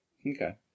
Okay